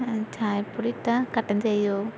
ചായപ്പൊടി ഇട്ടാൽ കട്ടൻ ചായയാവും